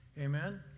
Amen